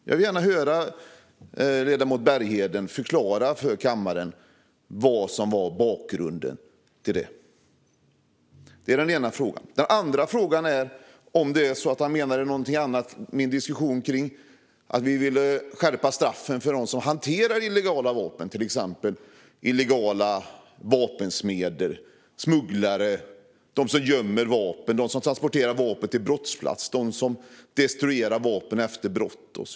Jag vill gärna höra ledamoten Bergheden förklara för kammaren vad som var bakgrunden till det. Det är den ena frågan. Den andra frågan är om han menade någonting annat när det gäller min diskussion om att vi ville skärpa straffen för dem som hanterar illegala vapen, till exempel illegala vapensmeder, smugglare och människor som gömmer vapen, transporterar vapen till en brottsplats eller destruerar vapen efter brott.